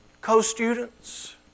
co-students